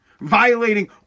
violating